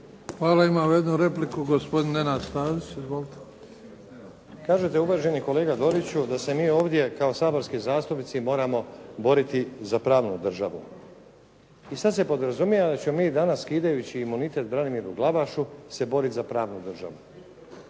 Hvala. Imamo jednu repliku, gospodin Nenad Stazić. Izvolite. **Stazić, Nenad (SDP)** Kažete uvaženi kolega Doriću da se mi ovdje kao saborski zastupnici moramo boriti za pravnu državu. I sad se podrazumijeva da ćemo mi danas skidajući imunitet Branimiru Glavašu se boriti za pravnu državu.